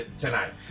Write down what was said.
tonight